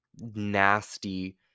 nasty